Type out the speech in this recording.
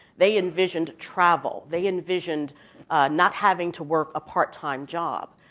they envisioned travel. they envisioned not having to work a part-time job.